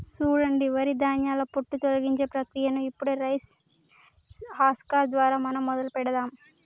సూడండి వరి ధాన్యాల పొట్టు తొలగించే ప్రక్రియను ఇప్పుడు రైస్ హస్కర్ దారా మనం మొదలు పెడదాము